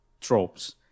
tropes